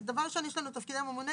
אז דבר ראשון יש לנו את תפקידי הממונה,